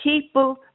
People